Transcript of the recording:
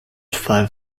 five